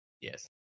Yes